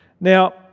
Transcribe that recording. Now